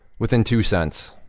within two cents,